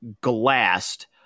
glassed